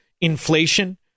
inflation